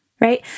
right